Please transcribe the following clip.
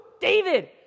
David